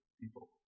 people